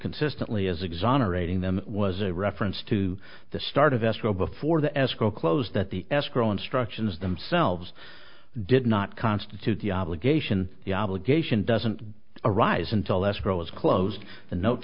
consistently as exonerating them was a reference to the start of escrow before the escrow closed that the escrow instructions themselves did not constitute the obligation the obligation doesn't arise until escrow is closed the note